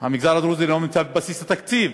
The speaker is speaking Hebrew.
המגזר הדרוזי לא נמצא בבסיס התקציב,